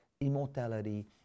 immortality